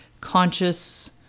conscious